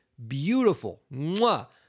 beautiful